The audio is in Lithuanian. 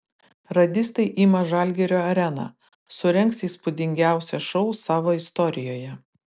radistai ima žalgirio areną surengs įspūdingiausią šou savo istorijoje